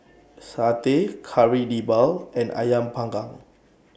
Satay Kari Debal and Ayam Panggang